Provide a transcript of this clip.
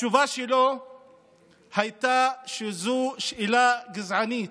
התשובה שלו הייתה שזו שאלה גזענית.